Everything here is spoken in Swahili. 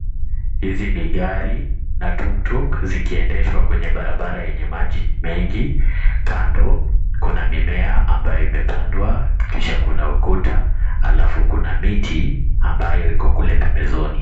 Hizi ni gari na tuktuk zikiendeshwa kwenye barabara yenye maji mengi. Kando kuna mimea ambayo imepandwa kisha kuna ukuta halafu kuna miti ambayo iko kule pembezoni.